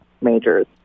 majors